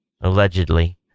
allegedly